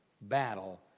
battle